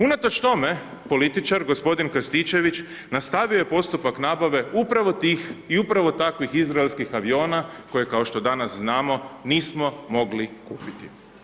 Unatoč tome, političar g. Krstičević nastavio je postupak nabave upravo tih i upravo takvih izraelskih aviona koje kao što danas znamo, nismo mogli kupiti.